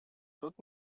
тут